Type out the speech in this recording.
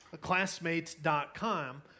Classmates.com